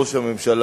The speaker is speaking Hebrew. ראש הממשלה,